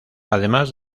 además